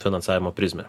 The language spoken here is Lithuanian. finansavimo prizmę